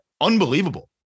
unbelievable